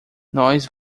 nós